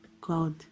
God